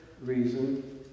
reason